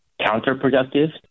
counterproductive